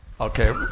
Okay